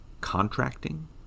contracting